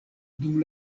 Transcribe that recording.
dum